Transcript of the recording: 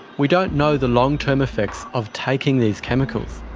we don't know the long-term effects of taking these chemicals.